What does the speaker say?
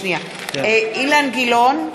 (קוראת בשמות חבר הכנסת) אילן גילאון,